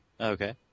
Okay